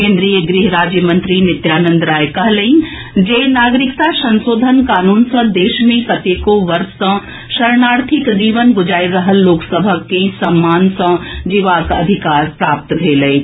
केन्द्रीय गृह राज्य मंत्री नित्यानंद राय कहलनि अछि जे नागरिकता संशोधन कानून सॅ देश मे कतेको वर्ष सॅ शरणार्थीक जीवन गुजारि रहल लोक सभ के सम्मान सॅ जीबाक अधिकार प्राप्त भेल अछि